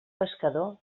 pescador